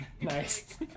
nice